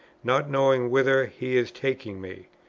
not knowing whither he is taking me.